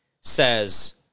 says